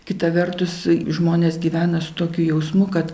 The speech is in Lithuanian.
kita vertus žmonės gyvena su tokiu jausmu kad